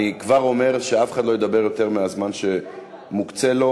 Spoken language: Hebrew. אני כבר אומר שאף אחד לא ידבר יותר מהזמן שמוקצה לו.